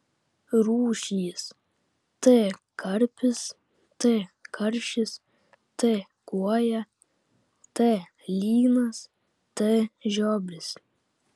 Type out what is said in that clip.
rūšys t karpis t karšis t kuoja t lynas t žiobris